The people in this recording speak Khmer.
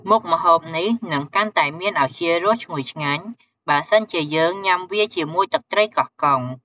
មុខម្ហូបនេះនឹងកាន់តែមានឱជារសឈ្ងុយឆ្ងាញ់ បើសិនជាយើងញុំាវាជាមួយទឹកត្រីកោះកុង។